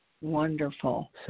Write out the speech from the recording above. Wonderful